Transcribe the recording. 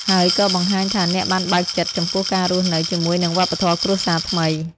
ហើយក៏បង្ហាញថាអ្នកបានបើកចិត្តចំពោះការរស់នៅជាមួយនឹងវប្បធម៌គ្រួសារថ្មី។